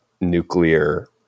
nuclear